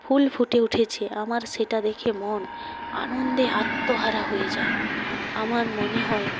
ফুল ফুটে উঠেছে আমার সেটা দেখে মন আনন্দে আত্মহারা হয়ে যায় আমার মনে হয়